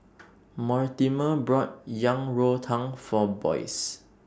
Mortimer brought Yang Rou Tang For Boyce